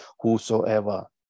whosoever